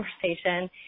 conversation